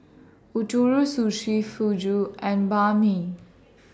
Ootoro Sushi Fugu and Banh MI